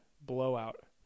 blowout